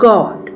God